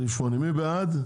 סעיף 8 מי בעד?